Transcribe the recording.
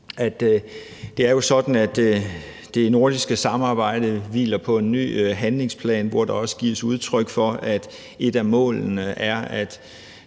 det jo er sådan, at det nordiske samarbejde hviler på en ny handlingsplan, hvor der også gives udtryk for, at et af målene er, at